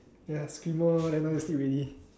ya screamo then no need to sleep already